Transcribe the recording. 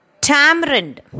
tamarind